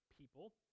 people